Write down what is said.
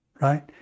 right